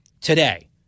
today